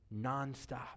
nonstop